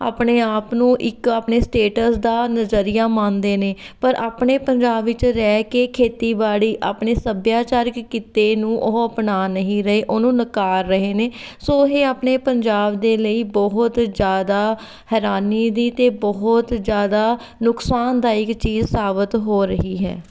ਆਪਣੇ ਆਪ ਨੂੰ ਇੱਕ ਆਪਣੇ ਸਟੇਟਸ ਦਾ ਨਜ਼ਰੀਆ ਮੰਨਦੇ ਨੇ ਪਰ ਆਪਣੇ ਪੰਜਾਬ ਵਿੱਚ ਰਹਿ ਕੇ ਖੇਤੀਬਾੜੀ ਆਪਣੇ ਸੱਭਿਆਚਾਰਕ ਕਿੱਤੇ ਨੂੰ ਉਹ ਅਪਣਾ ਨਹੀਂ ਰਹੇ ਉਹਨੂੰ ਨਕਾਰ ਰਹੇ ਨੇ ਸੋ ਇਹ ਆਪਣੇ ਪੰਜਾਬ ਦੇ ਲਈ ਬਹੁਤ ਜ਼ਿਆਦਾ ਹੈਰਾਨੀ ਦੀ ਅਤੇ ਬਹੁਤ ਜ਼ਿਆਦਾ ਨੁਕਸਾਨਦਾਇਕ ਚੀਜ਼ ਸਾਬਤ ਹੋ ਰਹੀ ਹੈ